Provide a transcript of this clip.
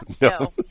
no